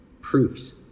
proofs